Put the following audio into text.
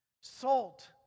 Salt